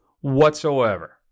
whatsoever